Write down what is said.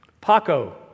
Paco